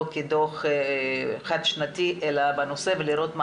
לא כדו"ח חד שנתי אלא בנושא ולראות מה